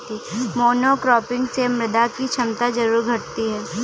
monocropping से मृदा की क्षमता जरूर घटती है